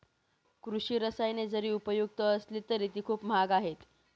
कृषी रसायने जरी उपयुक्त असली तरी ती खूप महाग आहेत